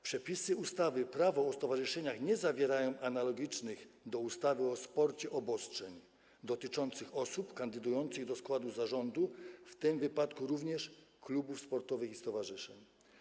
Przepisy ustawy Prawo o stowarzyszeniach nie zawierają analogicznych do ustawy o sporcie obostrzeń dotyczących osób kandydujących do składu zarządu, w tym wypadku również klubów sportowych i stowarzyszeń.